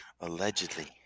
Allegedly